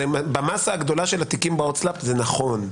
במסה הגדולה של התיקים בהוצאה לפועל זה נכון.